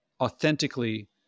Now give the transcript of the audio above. authentically